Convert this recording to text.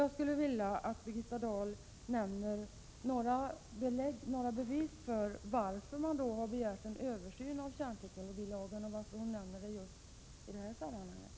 Jag skulle vilja att Birgitta Dahl redovisar några anledningar till att man har begärt en översyn av kärnteknologilagen och varför hon nämner det i just detta sammanhang.